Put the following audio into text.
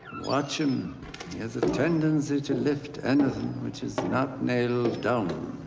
watch him. he has a tendency to lift anything which is not nailed down.